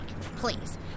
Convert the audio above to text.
please